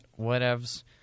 whatevs